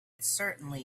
certainly